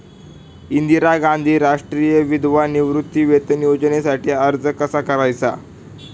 इंदिरा गांधी राष्ट्रीय विधवा निवृत्तीवेतन योजनेसाठी अर्ज कसा करायचा?